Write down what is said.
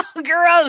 gross